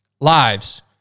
lives